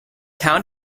town